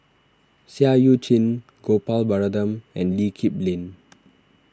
Seah Eu Chin Gopal Baratham and Lee Kip Lin